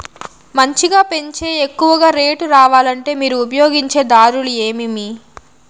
మంచిగా పెంచే ఎక్కువగా రేటు రావాలంటే మీరు ఉపయోగించే దారులు ఎమిమీ?